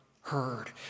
heard